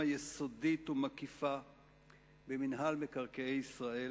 יסודית ומקיפה במינהל מקרקעי ישראל,